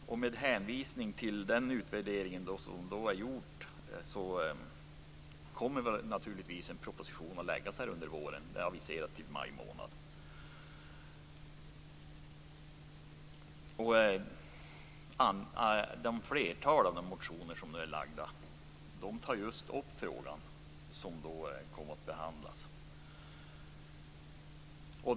På grundval av den utvärdering som är gjord kommer en proposition att läggas fram under våren. Den är aviserad till maj månad. I flertalet av de väckta motionerna tar man upp just den fråga som där kommer att behandlas.